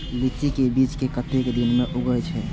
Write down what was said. लीची के बीज कै कतेक दिन में उगे छल?